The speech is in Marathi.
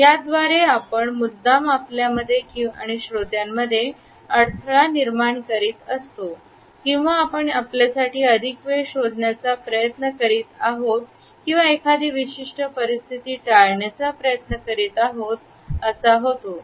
याद्वारे आपण मुद्दाम आपल्यामध्ये आणि श्रोत्यांमध्ये अडथळा निर्माण करीत आहोत किंवा आपण आपल्यासाठी अधिक वेळ शोधण्याचा प्रयत्न करीत आहोत किंवा एखादी विशिष्ट परिस्थिती टाळण्याचा प्रयत्न करीत आहोत असा होतो